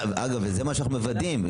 מה שאנחנו מוודאים.